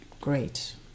great